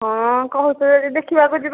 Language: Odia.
ହଁ କହୁଛ ଯଦି ଦେଖିବାକୁ ଯିବା